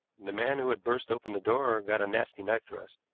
the man who had burst open the door got a nasty knife thrust,